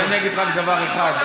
אז אני אגיד רק דבר אחד.